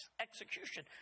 execution